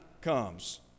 comes